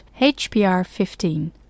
HPR15